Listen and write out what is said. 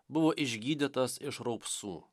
buvo išgydytas iš raupsų